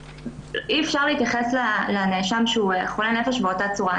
אי אפשר להתייחס לנאשם שהוא חולה נפש באותה צורה.